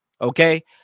okay